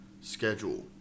schedule